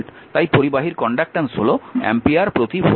তাই পরিবাহীর কন্ডাক্ট্যান্স হল অ্যাম্পিয়ার প্রতি ভোল্ট